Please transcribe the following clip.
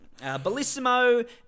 Bellissimo